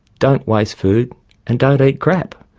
don't waste food and don't eat crap.